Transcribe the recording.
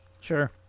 Sure